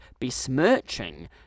besmirching